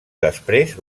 després